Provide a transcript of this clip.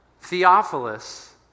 Theophilus